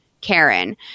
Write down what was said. Karen